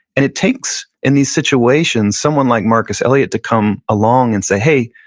and it takes in these situations, someone like marcus elliot, to come along and say, hey,